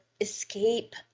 escape